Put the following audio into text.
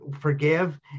forgive